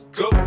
go